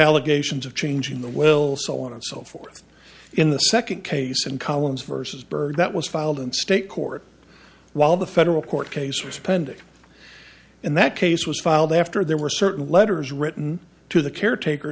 allegations of changing the will so on and so forth in the second case and collins versus byrd that was filed in state court while the federal court case was pending and that case was filed after there were certain letters written to the caretaker